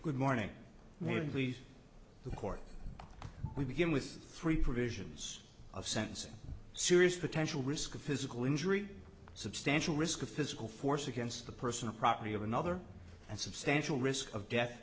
the court we begin with three provisions of sentencing serious potential risk of physical injury substantial risk of physical force against the person or property of another and substantial risk of de